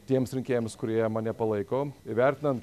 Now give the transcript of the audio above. tiems rinkėjams kurie mane palaiko įvertinant